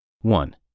One